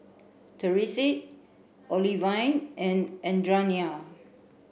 Therese Olivine and Adrianna